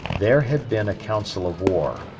there had been a council of war,